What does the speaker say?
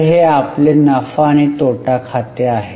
तर हे आपले नफा आणि तोटा खाते आहे